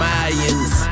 Mayans